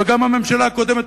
וגם הממשלה הקודמת,